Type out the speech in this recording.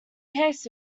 case